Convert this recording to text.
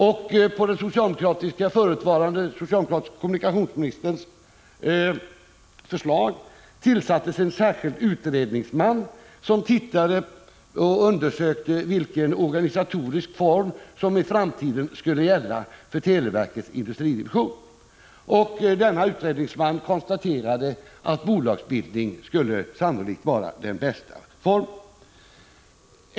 På den förutvarande socialdemokratiska kommunikationsministerns förslag tillsattes en särskild utredningsman som undersökte vilken organisatorisk form som i framtiden skulle gälla för televerkets industridivision. Denna utredningsman konstaterade att formen av bolag sannolikt skulle vara den bästa.